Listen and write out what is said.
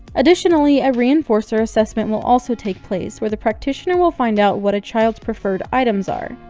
additionally, a reinforcer assessment will also take place, where the practitioner will find out what a child's preferred items are,